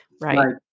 right